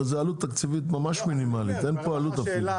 זה עלות תקציבית ממש מינימלית, אין פה עלות אפילו.